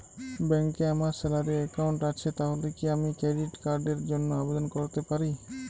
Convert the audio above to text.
ব্যাংকে আমার salary account আছে তাহলে কি আমি ক্রেডিট কার্ড র জন্য আবেদন করতে পারি?